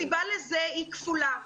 הסיבה לזה היא כפולה.